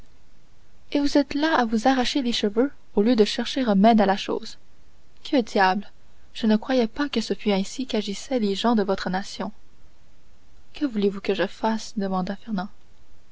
et vous êtes là à vous arracher les cheveux au lieu de chercher remède à la chose que diable je ne croyais pas que ce fût ainsi qu'agissaient les gens de votre nation que voulez-vous que je fasse demanda